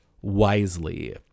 wisely